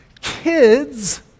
kids